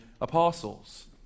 apostles